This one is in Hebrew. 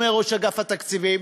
אומר ראש אגף התקציבים,